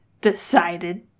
decided